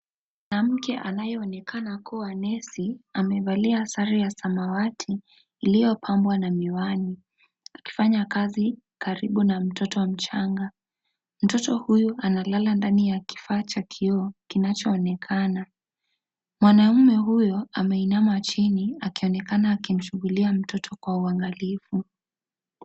Mwanamke anayeonekana kuwa nesi amevalia sare ya samawati iliyopambwa na miwani akifanya kazi karibu na mtoto mchanga. Mtoto huyu analala ndani ya kifaa cha kioo kinachoonekana. Mwanamke huyo ameinama chini akionekana akimchungulia mtoto kwa uangalifu.